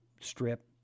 strip